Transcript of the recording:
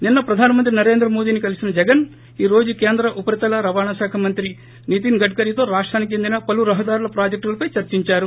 నిన్న ప్రధానిమంత్రి నరేంద్ర మోదీని కలిసిన జగన్ ఈ రోజు కేంద్ర ఉపరితల రవాణాశాఖ మంత్రి నితిన్ గడ్కరీతో రాష్షానికి చెందిన పలు రహదారుల ప్రాజెక్ష్ లపే చర్చించారు